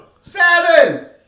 Seven